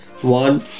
one